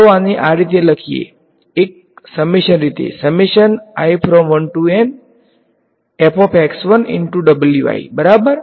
ચાલો આને આ રીતે લખીએ એક સમેશન રીતે બરાબર